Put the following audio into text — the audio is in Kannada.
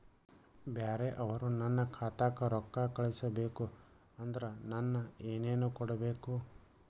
ಬ್ಯಾರೆ ಅವರು ನನ್ನ ಖಾತಾಕ್ಕ ರೊಕ್ಕಾ ಕಳಿಸಬೇಕು ಅಂದ್ರ ನನ್ನ ಏನೇನು ಕೊಡಬೇಕು?